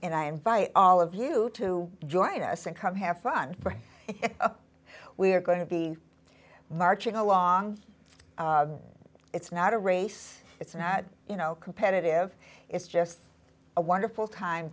and i invite all of you to join us and come have fun we are going to be marching along it's not a race it's not you know competitive it's just a wonderful time